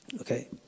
Okay